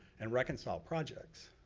and reconciled projects.